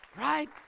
Right